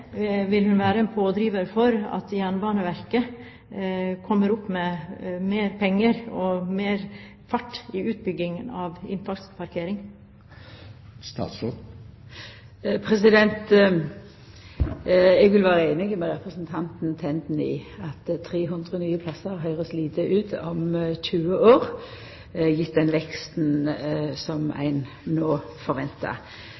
vil hun være en pådriver for at Jernbaneverket skal komme opp med mer penger og få mer fart i utbyggingen av innfartsparkeringsplasser? Eg vil vera einig med representanten Tenden i at 300 nye plassar høyrast lite ut om 20 år, gjeve den veksten som